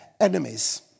enemies